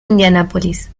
indianápolis